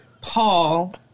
Paul